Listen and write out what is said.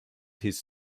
his